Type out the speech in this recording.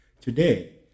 Today